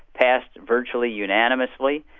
passed virtually unanimously.